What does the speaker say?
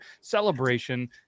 celebration